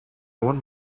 want